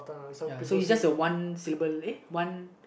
ya so is just a one syllable uh one